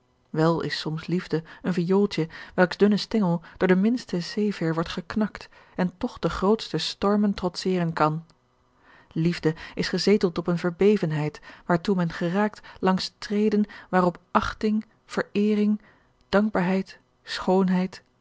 wel is soms liefde een viooltje welks dunne stengel door de minste zephir wordt geknakt en toch de grootste stormen trotseren kan liefde is gezeteld op eene verbevenheid waartoe men geraakt langs treden waarop achting vereering dankbaarheid schoonheid